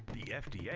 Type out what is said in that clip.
the fda, yeah